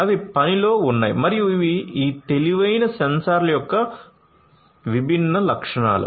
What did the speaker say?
అవి పనిలో ఉన్నాయి మరియు ఇవి ఈ తెలివైన సెన్సార్ల యొక్క విభిన్న లక్షణాలు